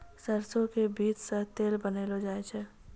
सरसों के बीज सॅ तेल बनैलो जाय छै